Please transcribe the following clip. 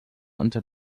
unter